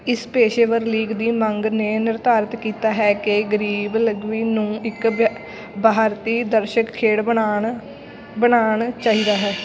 ਇਸ ਪੇਸ਼ੇਵਰ ਲੀਗ ਦੀ ਮੰਗ ਨੇ ਨਿਰਧਾਰਿਤ ਕੀਤਾ ਹੈ ਕਿ ਗਰੀਬ ਲਗਵੀ ਨੂੰ ਇੱਕ ਬਹਾਰਤੀ ਦਰਸ਼ਕ ਖੇਡ ਬਣਾਣ ਬਣਾਉਣਾ ਚਾਹੀਦਾ ਹੈ